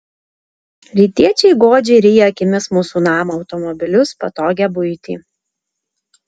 rytiečiai godžiai ryja akimis mūsų namą automobilius patogią buitį